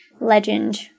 legend